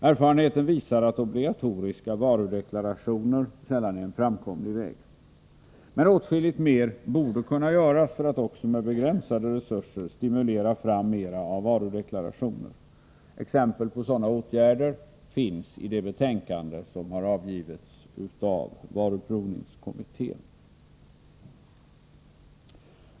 Erfarenheten visar att obligatoriska varudeklarationer sällan är en framkomlig väg, men åtskilligt mer borde kunna göras för att också med begränsade resurser stimulera fram mera av varudeklarationer. Exempel på sådana åtgärder finns i det betänkande som har avgivits av varuprovningskommittén.